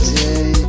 day